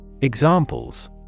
Examples